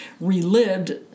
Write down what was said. relived